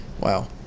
Wow